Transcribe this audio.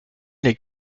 les